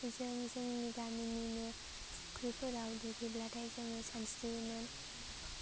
जों जोंनि गामिनिनो फुख्रिफोराव दुगैब्लाथाय जोङो सानस्रियोमोन